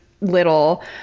little